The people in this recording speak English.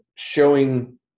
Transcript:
showing